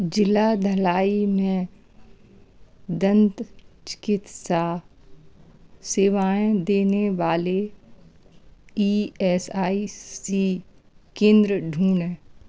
ज़िला धलाई में दंत चिकित्सा सेवाएँ देने वाले ई एस आई सी केंद्र ढूँढें